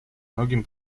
многим